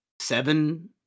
seven